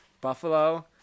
buffalo